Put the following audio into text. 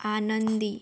आनंदी